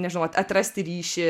nežinau atrasti ryšį